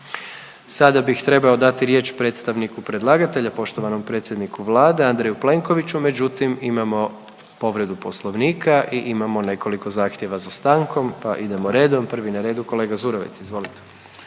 Sada bih trebao dati riječ predstavniku predlagatelja poštovanom predsjedniku Vlade Andreju Plenkoviću, međutim imamo povredu Poslovnika i imamo nekoliko zahtjeva za stankom, pa idemo redom. Prvi na redu kolega Zurovec, izvolite.